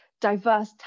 diverse